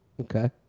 okay